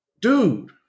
Dude